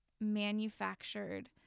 manufactured